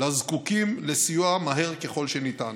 לזקוקים לסיוע מהר ככל שניתן.